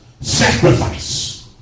sacrifice